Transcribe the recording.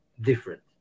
different